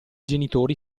genitori